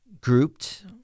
grouped